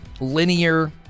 linear